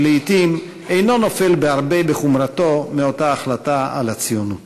שלעתים אינו נופל בהרבה בחומרתו מאותה החלטה על הציונות.